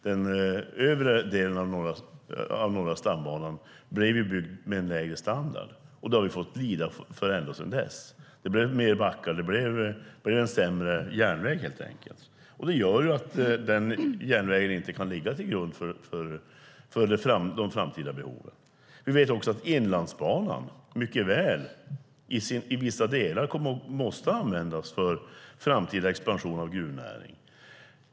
Den övre delen av Norra stambanan blev byggd med en lägre standard. Det har vi fått lida för ända sedan dess. Det blev fler backar och sämre järnväg helt enkelt. Det gör att den järnvägen inte kan ligga till grund för de framtida behoven. Vi vet också att Inlandsbanan mycket väl i vissa delar måste användas för framtida expansion av gruvnäringen.